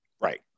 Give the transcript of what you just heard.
Right